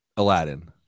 Aladdin